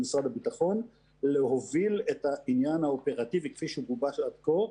משרד הביטחון להוביל את העניין האופרטיבי כפי שגובש עד כה,